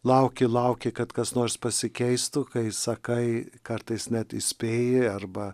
lauki lauki kad kas nors pasikeistų kai sakai kartais net įspėji arba